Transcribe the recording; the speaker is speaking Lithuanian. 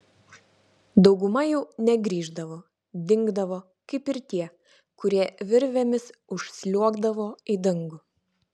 dauguma jų negrįždavo dingdavo kaip ir tie kurie virvėmis užsliuogdavo į dangų